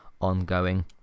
ongoing